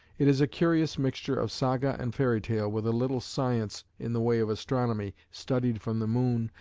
it is a curious mixture of saga and fairy tale with a little science in the way of astronomy studied from the moon,